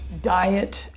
Diet